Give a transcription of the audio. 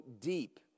deep